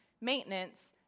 maintenance